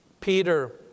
Peter